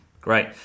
Great